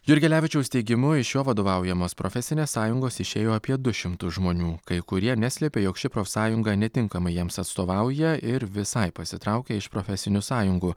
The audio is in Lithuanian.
jurgelevičiaus teigimu iš jo vadovaujamos profesinės sąjungos išėjo apie du šimtus žmonių kai kurie neslėpė jog ši profsąjunga netinkamai jiems atstovauja ir visai pasitraukė iš profesinių sąjungų